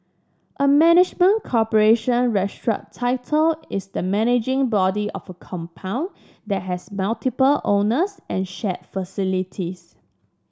a management corporation strata title is the managing body of a compound that has multiple owners and shared facilities